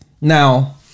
Now